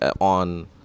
on